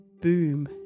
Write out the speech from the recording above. boom